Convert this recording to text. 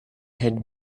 had